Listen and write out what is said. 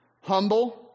humble